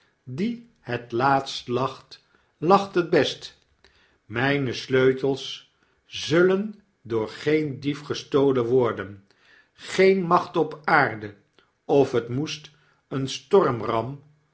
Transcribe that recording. die het laatst lacht lacht het best m ij n e sleutels zullen door geendiefgestolen worden geen macht op aarde of het moest een